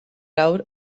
awr